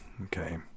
Okay